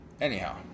Anyhow